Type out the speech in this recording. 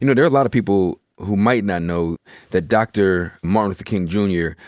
you know there are a lotta people who might not know that dr. martin luther king jr.